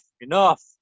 Enough